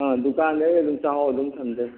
ꯑꯥ ꯗꯨꯀꯥꯟꯗ ꯑꯩ ꯑꯗꯨꯝ ꯍꯥꯛꯍꯥꯎ ꯑꯗꯨꯝ ꯊꯝꯖꯩ